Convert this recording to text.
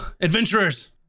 adventurers